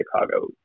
Chicago